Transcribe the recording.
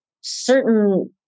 certain